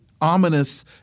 ominous